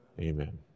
Amen